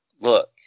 Look